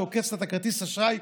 עוקץ לה את כרטיס האשראי,